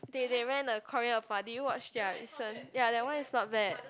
they they rent a Korean oppa watch their accent ya that one is not bad